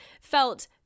felt